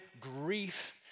grief